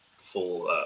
Full